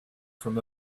from